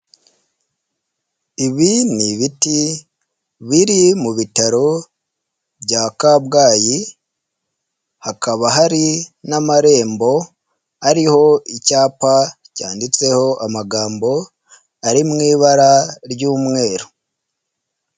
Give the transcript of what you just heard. Ibi ni ibiti biri mu bitaro bya Kabgayi, hakaba hari n'amarembo ariho icyapa cyanditseho amagambo ari mu ibara ry'umweru.